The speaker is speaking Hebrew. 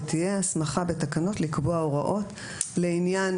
ותהיה הסמכה בתקנות לקבוע הוראות לעניין